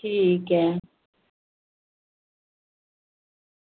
ठीक ऐ